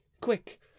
quick